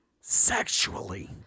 sexually